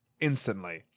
instantly